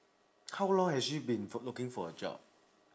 how long has she been f~ looking for a job